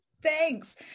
Thanks